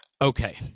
Okay